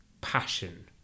passion